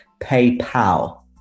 PayPal